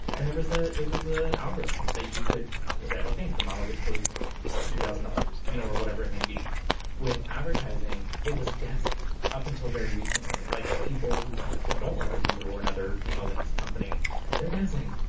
and there was a it was a algorithm that you could say ok the model gets paid two thousand dollars you know or whatever it may be with advertising it was guessing up until very recently like people who don't work with dean brewer and other analytics company they're guessing.